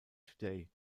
today